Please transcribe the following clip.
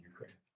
Ukraine